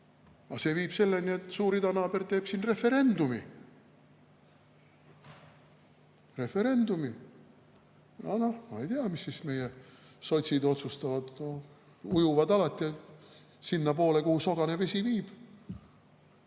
see viib? – selleni, et suur idanaaber teeb siin referendumi. Referendumi! No ma ei tea, mis meie sotsid siis otsustavad, nad ujuvad alati sinnapoole, kuhu sogane vesi viib.